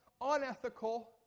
unethical